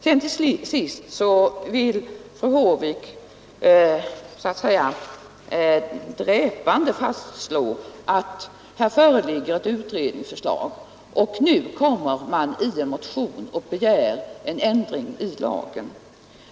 Slutligen ville fru Håvik så att säga dräpande slå fast att här finns nu ett utredningsförslag, och då väcker man en motion med be ändring i lagen.